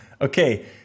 Okay